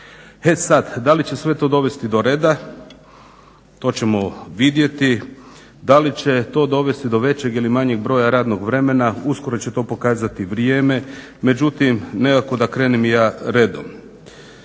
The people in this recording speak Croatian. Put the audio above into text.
E sad, da li će sve to dovesti do reda to ćemo vidjeti. Da li će to dovesti do većeg ili manjeg broja radnog vremena uskoro će to pokazati vrijeme. Međutim, nekako da krenem i ja redom.